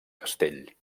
castell